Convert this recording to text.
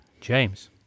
James